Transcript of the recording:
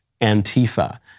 Antifa